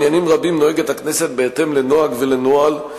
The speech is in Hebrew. בעניינים רבים נוהגת הכנסת בהתאם לנוהג ולנוהל.